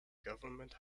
government